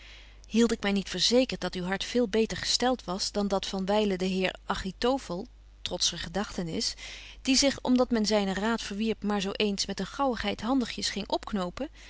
ik my niet verzekert dat uw hart veel beter gestelt was dan dat van wylen den heer achitofel trotscher gedagtenis die zich om dat men zynen raad verwierp maar zo eens met een gaauwigheid handigies ging opknopen